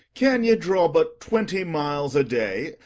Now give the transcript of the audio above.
can ye draw but twenty miles a-day,